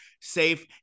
safe